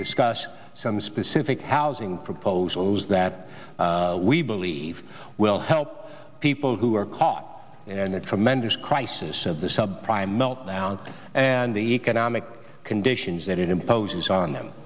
discuss some specific housing proposals that we believe will help people who are caught in the tremendous crisis of the sub prime meltdown and the economic conditions that it imposes on them